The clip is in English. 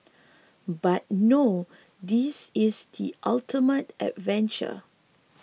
but no this is the ultimate adventure